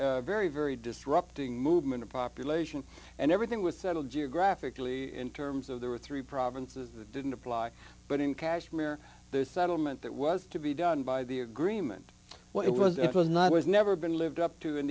a very very disrupting movement of population and everything was settled geographically in terms of there were three provinces that didn't apply but in kashmir this settlement that was to be done by the agreement what it was it was not was never been lived up to in